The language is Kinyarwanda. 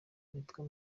witwa